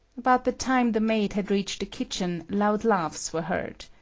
about the time the maid had reached the kitchen, loud laughs were heard.